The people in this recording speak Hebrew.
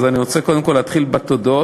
אז אני רוצה להתחיל בתודות,